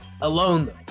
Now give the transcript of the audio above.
alone